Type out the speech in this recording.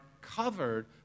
covered